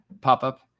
pop-up